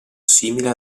simile